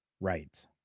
Right